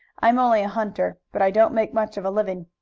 i am only a hunter, but i don't make much of a living.